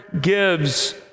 gives